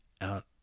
out